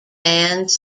bands